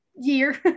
year